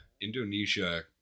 Indonesia